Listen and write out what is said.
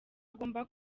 agomba